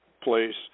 place